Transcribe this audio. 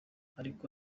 ariko